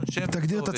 בבקשה.